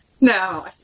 No